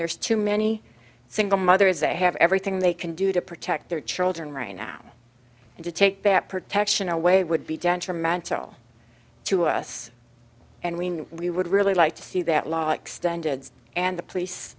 there's too many single mothers they have everything they can do to protect their children right now and to take that protection away would be detrimental to us and when we would really like to see that law extended and the police